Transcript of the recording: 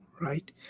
right